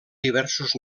diversos